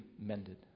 mended